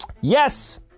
Yes